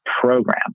program